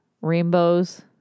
Rainbows